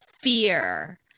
fear